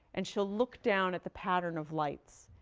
and she'll look down at the pattern of light.